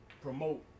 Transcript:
promote